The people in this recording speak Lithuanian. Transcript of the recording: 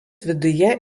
viduje